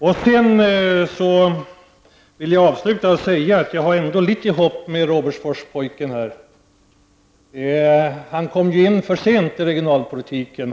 Jag vill avsluta med att säga att jag ändå har ett visst hopp om Robertsforspojken. Han kom in i sammanhangen litet för sent när det gäller regionalpolitiken.